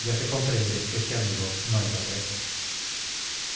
ya se comprende que este amigo no era poeta